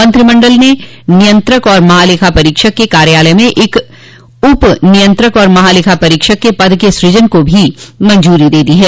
मंत्रिमंडल ने नियंत्रक एवं महालेखा परीक्षक के कार्यालय में एक उप नियंत्रक एवं महालेखा परीक्षक के पद के सूजन को भी मंजूरी दे दी है